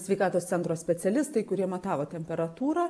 sveikatos centro specialistai kurie matavo temperatūrą